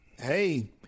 hey